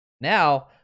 Now